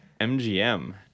MGM